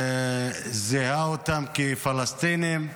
זיהה אותם כפלסטינים,